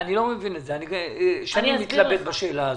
אני שנים מתלבט בשאלה הזאת.